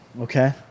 Okay